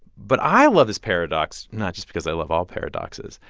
but i love his paradox, not just because i love all paradoxes.